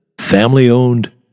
family-owned